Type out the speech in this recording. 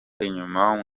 inyuma